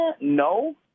No